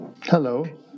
Hello